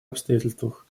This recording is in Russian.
обстоятельствах